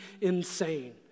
insane